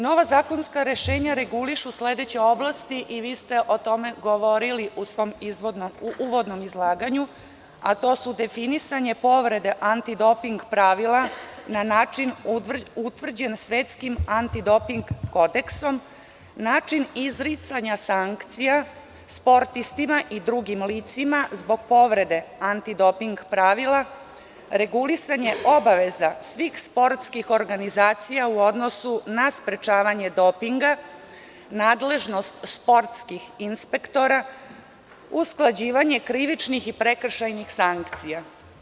Nova zakonska rešenja regulišu sledeće oblasti i vi ste o tome govorili u svom uvodnom izlaganju, a to su definisanje povrede antidoping pravila na način utvrđen svetskim antidoping kodeksom, način izricanja sankcija sportistima i drugim licima zbog povrede antidoping pravila, regulisanje obaveza svih sportskih organizacija u odnosu na sprečavanje dopinga, nadležnost sportskih inspektora, usklađivanje krivičnih i prekršajnih sankcija.